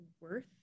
worth